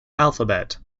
alphabet